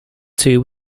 two